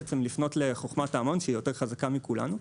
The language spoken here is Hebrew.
בעצם לפנות לחוכמת ההמון שהיא יותר חזקה מכולנו.